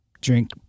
drink